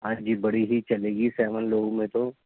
ہاں جی بڑی ہی چلے گی سیون لوگ میں تو